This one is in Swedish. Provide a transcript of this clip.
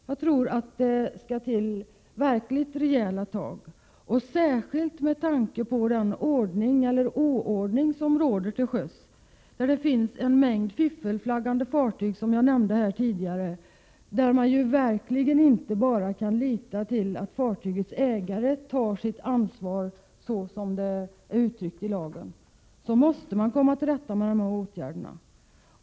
Jag tror att det skall till verkligt rejäla tag, särskilt med tanke på den ordning eller oordning som råder till sjöss, där det, som jag nämnde här tidigare, finns en mängd fiffelflaggade fartyg. Man kan verkligen inte bara lita till att fartygets ägare tar sitt ansvar såsom det är uttryckt i lagen. Därför måste man komma till rätta med dessa åtgärder.